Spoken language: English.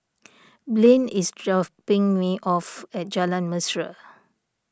Blane is dropping me off at Jalan Mesra